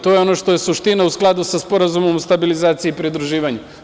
To je ono što je suština, u skladu sa Sporazumom o stabilizaciji i pridruživanju.